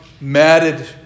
matted